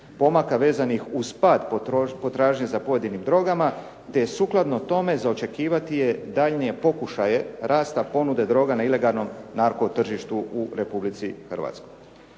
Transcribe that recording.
pomaka vezanih uz pad potražnje za pojedinim drogama te sukladno tome za očekivati je daljnje pokušaje rasta ponude droga na ilegalnom narkotržištu u Republici Hrvatskoj.